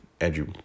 Andrew